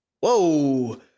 Whoa